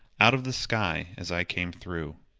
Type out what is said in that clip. out of the sky as i came through.